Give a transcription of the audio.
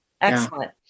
Excellent